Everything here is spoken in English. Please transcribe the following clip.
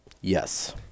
Yes